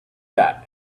that